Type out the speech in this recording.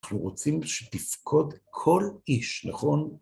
אנחנו רוצים שתפקוד כל איש, נכון?